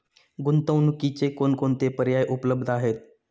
गुंतवणुकीचे कोणकोणते पर्याय उपलब्ध आहेत?